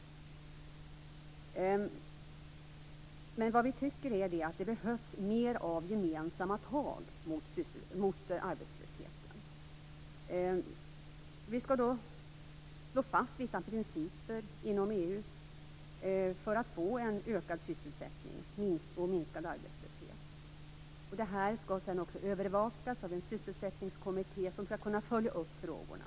Men vi tycker att det behövs mer gemensamma tag mot arbetslösheten. Vi skall slå fast vissa principer inom EU för att få en ökad sysselsättning och en minskad arbetslöshet. Det skall sedan övervakas av en sysselsättningskommitté som skall kunna följa upp frågorna.